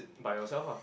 by yourself ah